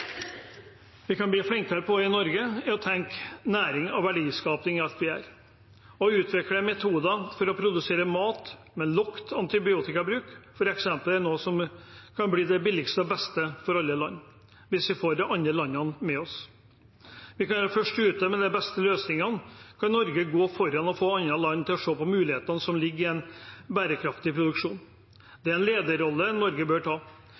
bli flinkere til i Norge, er å tenke næring og verdiskaping i alt vi gjør. Å utvikle metoder for å produsere mat med lav antibiotikabruk er f.eks. noe som kan bli det billigste og beste for alle land – hvis vi får de andre landene med oss. Ved å være først ute med de beste løsningene kan Norge gå foran og få andre land til å se på mulighetene som ligger i en bærekraftig produksjon. Det er en lederrolle Norge bør ta.